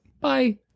Bye